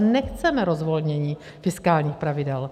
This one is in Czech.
Nechceme rozvolnění fiskálních pravidel.